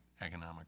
economic